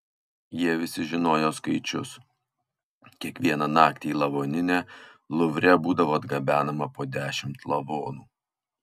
jie visi žinojo skaičius kiekvieną naktį į lavoninę luvre būdavo atgabenama po dešimt lavonų